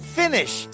finish